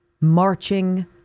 marching